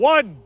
One